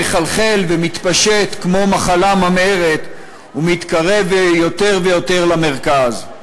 מחלחל ומתפשט כמו מחלה ממארת ומתקרב יותר ויותר למרכז.